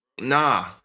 Nah